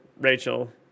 Rachel